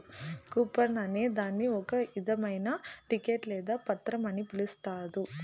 coupon అనే దాన్ని ఒక ఇధమైన టికెట్ లేదా పత్రం అని పిలుత్తారు